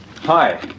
Hi